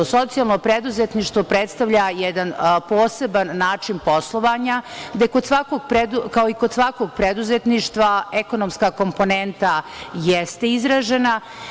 Socijalno preduzetništvo predstavlja jedan poseban način poslovanja gde kao i kod svakog preduzetništva ekonomska komponenta jeste izrađena.